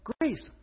Grace